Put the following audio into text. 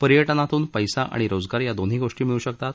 पर्यटनातून पैसा आणि रोजगार या दोन्ही गोष्टी मिळू शकतात